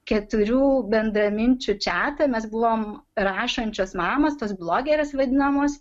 keturių bendraminčių čiatą mes buvom rašančios mamos tos blogerės vadinamos